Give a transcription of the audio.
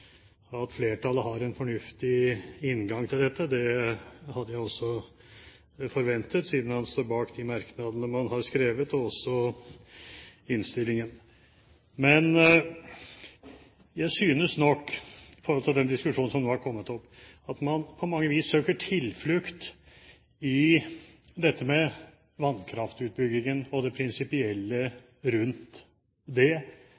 at flertallet har en fornuftig inngang til dette. Det hadde jeg også forventet, siden han står bak de merknadene man har skrevet, og også bak innstillingen. Men jeg synes nok – i forhold til den diskusjonen som har vært – at man på mange vis søker tilflukt i dette med vannkraftutbyggingen og det prinsipielle rundt det